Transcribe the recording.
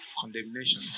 condemnation